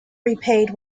repaid